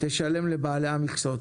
תשלם לבעלי המכסות,